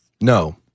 No